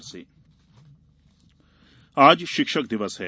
शिक्षक दिवस आज शिक्षक दिवस है